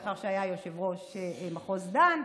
לאחר שהיה יושב-ראש מחוז דן,